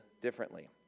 differently